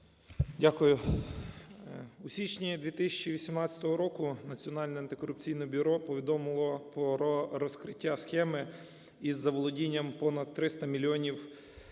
В.З. В січні 2018 року Національне антикорупційне бюро повідомило про розкриття схеми із заволодінням понад 300 мільйонів